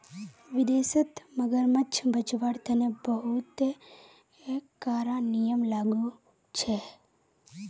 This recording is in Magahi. विदेशत मगरमच्छ बचव्वार तने बहुते कारा नियम लागू छेक